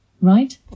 right